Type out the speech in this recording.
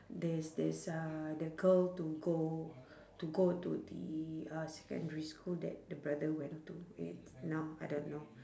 this this uh the girl to go to go to the uh secondary school that the brother went to it now I don't know